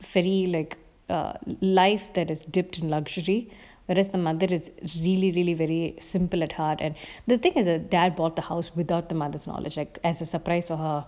free like a life that is dipped in luxury but as the mother is really really very simple at heart and the thing is the dad bought the house without the mother's knowledge as as a surprise for her